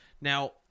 now